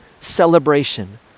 celebration